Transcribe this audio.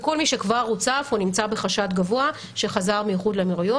זה כל מי שכבר רוצף או נמצא בחשד גבוה שחזר מאיחוד האמירויות.